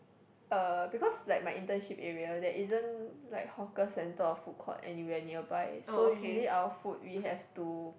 uh because like my internship area there isn't like hawker centre or food court anywhere nearby so usually our food we have to